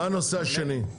מה הנושא השני?